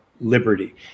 liberty